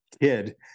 kid